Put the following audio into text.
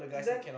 then